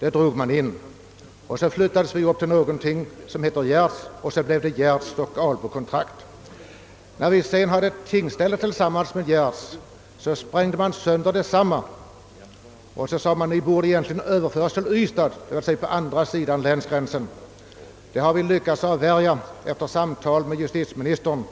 Det drogs in och vi flyttades till Gärds kontrakt, som då kom att heta Gärds-Albo. Vidare hade vi förut ett tingsställe tillsammans med Gärds härad. Detta sprängdes sönder, och man sade att vi egentligen borde överföras till Ystad på andra sidan länsgränsen. Det har vi dock, åtminstone provisoriskt, lyckats avvärja efter samtal med justitieministern.